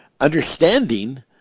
understanding